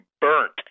Burnt